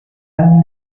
anni